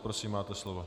Prosím, máte slovo.